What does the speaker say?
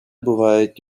бувають